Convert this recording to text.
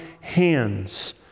hands